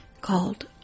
called